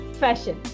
fashion